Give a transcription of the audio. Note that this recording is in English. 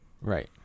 Right